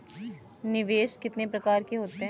निवेश कितने प्रकार के होते हैं?